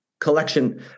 collection